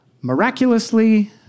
miraculously